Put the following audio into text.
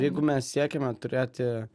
jeigu mes siekiame turėti